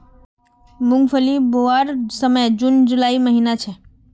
मूंगफली बोवार समय जून जुलाईर महिना छे